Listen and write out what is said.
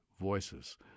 voices